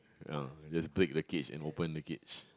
ah just break the cage and open the cage